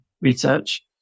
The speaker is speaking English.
research